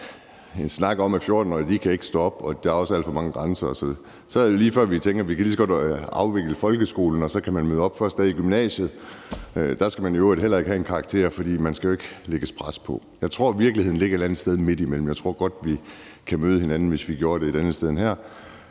en snak om, at 14-årige ikke kan stå op om morgenen, og at der også er alt for mange grænser, så er det, lige før vi tænker, at vi lige så godt kan afvikle folkeskolen, og at man så kan møde op den første dag i gymnasiet. Der skal man i øvrigt heller ikke have en karakter, fordi der jo ikke skal lægges pres på en. Jeg tror, at virkeligheden ligger et eller andet sted midtimellem, og jeg tror godt, at vi kan møde hinanden, hvis vi gjorde det et andet sted end her.